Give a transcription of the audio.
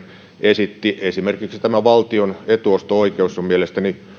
esitti esimerkiksi tämä valtion etuosto oikeus on mielestäni